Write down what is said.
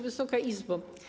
Wysoka Izbo!